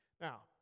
Now